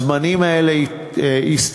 הזמנים האלה הסתיימו.